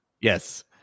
Yes